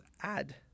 add